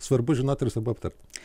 svarbu žinoti ir svarbu aptart